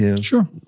Sure